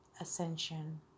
ascension